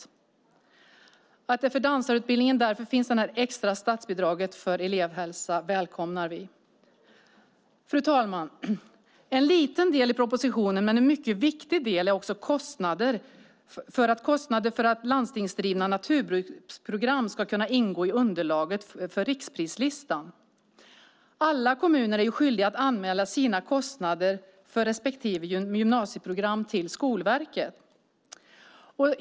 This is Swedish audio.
Vi välkomnar att det för dansarutbildningen finns ett extra statsbidrag för elevhälsa. Fru talman! En liten del i propositionen men en mycket viktig del är att kostnader för landstingsdrivna naturbruksprogram ska kunna ingå i underlaget för riksprislistan. Alla kommuner är skyldiga att anmäla sina kostnader för respektive gymnasieprogram till Skolverket.